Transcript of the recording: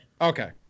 Okay